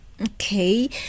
Okay